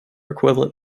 equivalent